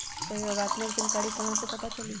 सहयोगात्मक जानकारी कहा से पता चली?